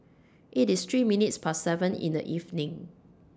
IT IS three minutes Past seven in The evening